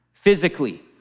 Physically